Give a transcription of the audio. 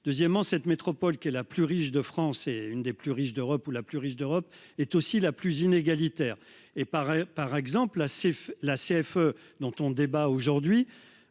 Deuxièmement cette métropole qui est la plus riche de France c'est une des plus riches d'Europe où la plus riche d'Europe est aussi la plus inégalitaire et paraît par exemple la la CFE-dont on débat aujourd'hui